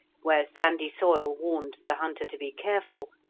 where sandy soil warned the hunter to be careful,